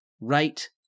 right